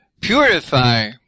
purify